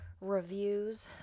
reviews